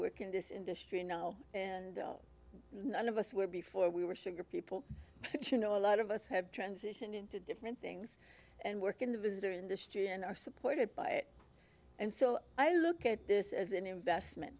work in this industry now and none of us were before we were sugar people but you know a lot of us have transitioned into different things and work in the visitor industry and are supported by it and so i look at this as an investment